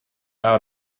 out